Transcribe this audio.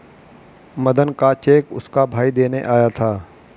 मदन का चेक उसका भाई देने आया था